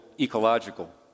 ecological